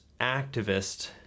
activist